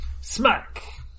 Smack